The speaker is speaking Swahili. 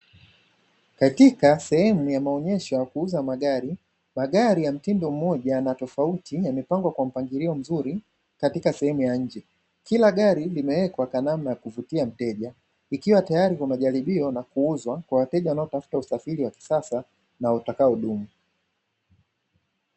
Katika sehemu ya maonyesho ya kuuza magari, magari ya mtindo mmoja na tofauti yamepangwa kwa mpangilio mzuri katika sehemu ya nje, kila gari limewekwa kwa namna ya kuvutia mteja ikiwa tayari kwa majaribio na kuuzwa kwa wateja wanaotafuta usafiri wa kisasa na watakaodumu.